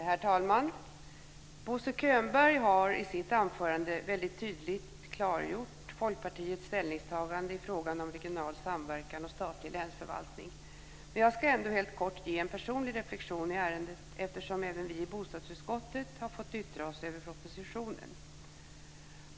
Herr talman! Bosse Könberg har i sitt anförande väldigt tydligt klargjort Folkpartiets ställningstagande i frågan om regional samverkan och statlig länsförvaltning, men jag ska ändå helt kort ge en personlig reflexion i ärendet, eftersom även vi i bostadsutskottet har fått yttra oss om propositionen.